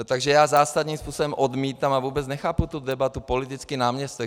Takže já zásadním způsobem odmítám a vůbec nechápu tu debatu politický náměstek.